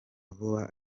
vuba